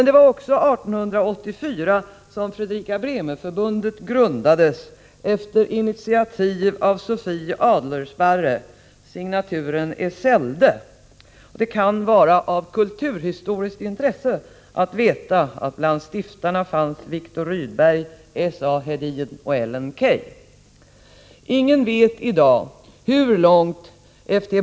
Det var också 1884 som Fredrika-Bremer-Förbundet grundades efter initiativ av Sophie Adlersparre — signaturen Esselde. Det kan vara av kulturhistoriskt intresse att veta att bland stiftarna fanns bl.a. Viktor Rydberg, S. A. Hedin och Ellen Key. Ingen vet i dag hur långt F.T.